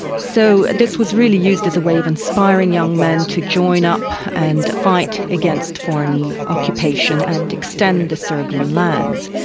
so this was really used as a way of inspiring young men to join up and fight against foreign occupation and extend the serbian lands.